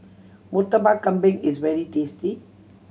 Murtabak Kambing is very tasty